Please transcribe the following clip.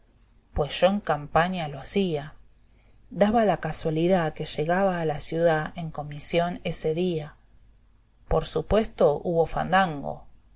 pues yo en campaña lo hacía daba la casualidá que llegaba a la ciudá en comisión ese día por supuesto hubo fandango